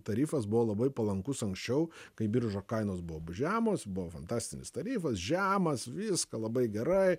tarifas buvo labai palankus anksčiau kai biržų kainos buvo žemos buvo fantastinis tarifas žemas viską labai gerai